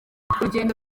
urugendo